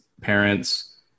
parents